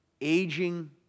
aging